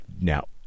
now